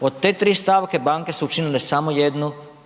Od te tri stavke banke su učinile samo jednu,